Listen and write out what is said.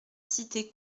cité